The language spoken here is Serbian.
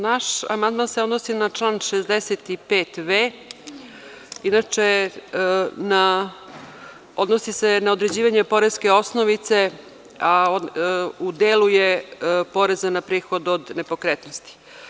Naš amandman se odnosi na član 65v. Inače, odnosi se na određivanje poreske osnovice, a u delu je poreze na prihod od nepokretnosti.